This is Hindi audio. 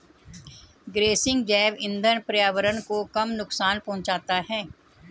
गेसिंग जैव इंधन पर्यावरण को कम नुकसान पहुंचाता है